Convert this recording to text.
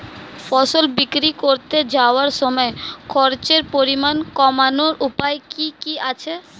ফসল বিক্রি করতে যাওয়ার সময় খরচের পরিমাণ কমানোর উপায় কি কি আছে?